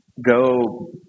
go